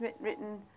written